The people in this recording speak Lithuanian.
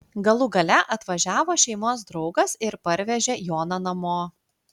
galų gale atvažiavo šeimos draugas ir parvežė joną namo